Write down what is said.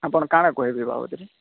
ଆପଣ କ'ଣ କହିବେ ବାବଦରେ